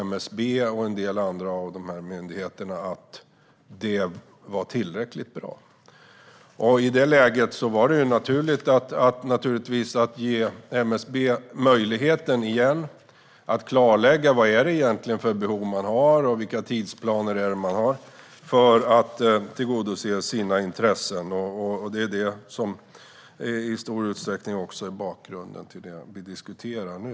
MSB och en del andra av myndigheterna ansåg dock inte att det var tillräckligt bra. I det läget var det givetvis naturligt att återigen ge MSB möjligheten att klarlägga vad det egentligen är för behov myndigheten har och vilka tidsplaner den har när det gäller att tillgodose sina intressen, och det är i stor utsträckning detta som är bakgrunden till det vi diskuterar nu.